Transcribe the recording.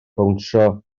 bownsio